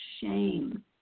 shame